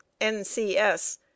NCS